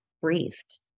briefed